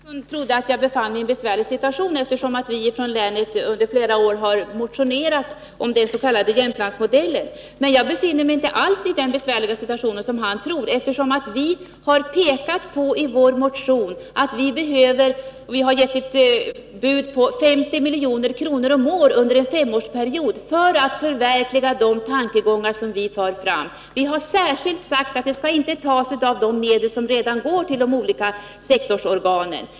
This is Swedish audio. Fru talman! Arne Fransson trodde att jag befann mig i en besvärlig situation, eftersom vi från länet under flera år har motionerat om den s.k. Jämtlandsmodellen. Det gör jag inte alls. Vi har nämligen i vår motion föreslagit ett anslag på 50 milj.kr. årligen under en femårsperiod för att våra tankegångar skall kunna förverkligas. Vi har särskilt sagt ifrån att detta belopp inte skall tas från de medel som redan går till de olika sektorsorganen.